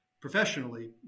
Professionally